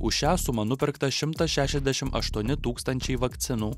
už šią sumą nupirkta šimtas šešiasdešimt aštuoni tūkstančiai vakcinų